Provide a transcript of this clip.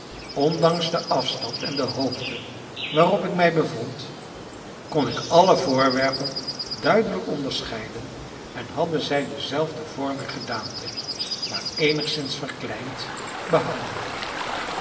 ondanks den afstand en de hoogte waarop ik mij bevond kon ik alle voorwerpen duidelijk onderscheiden en hadden zij denzelfden vorm en gedaante maar eenigszins verkleind behouden